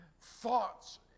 thoughts